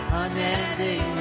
unending